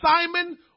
Simon